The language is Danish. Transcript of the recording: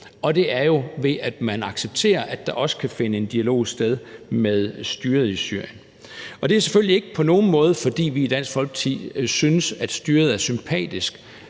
og det er jo, ved at man accepterer, at der også kan finde en dialog sted med styret i Syrien. Det er selvfølgelig ikke på nogen måde, fordi vi i Dansk Folkeparti synes, at styret er sympatisk,